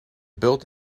built